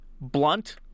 blunt